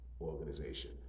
organization